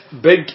big